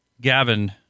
Gavin